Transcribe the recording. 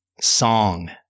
song